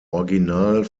original